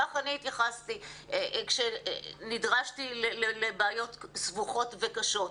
ככה אני התייחסתי כשנדרשתי לבעיות סבוכות וקשות.